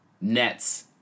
Nets